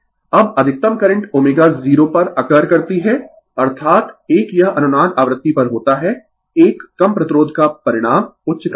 अब अधिकतम करंट ω0 पर अकर करती है अर्थात एक यह अनुनाद आवृत्ति पर होता है एक कम प्रतिरोध का परिणाम उच्च करंट है